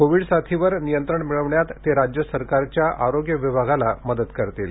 Covid साथीवर नियंत्रण मिळवण्यात ते राज्य सरकारच्या आरोग्य विभागाला मदत करणार आहेत